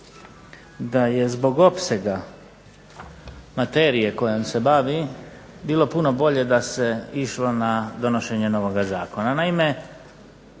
da je zbog opsega materije kojom se bavi bilo puno bolje da se išlo na donošenje novog zakona.